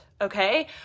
okay